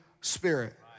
Spirit